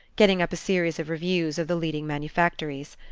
getting up a series of reviews of the leading manufactories.